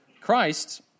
Christ